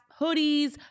hoodies